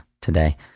today